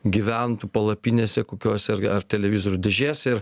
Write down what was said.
gyventų palapinėse kokiose ar ar televizorių dėžėse ir